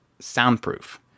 soundproof